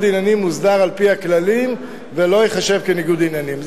עניינים מוסדר על-פי הכללים ולא ייחשב כניגוד עניינים.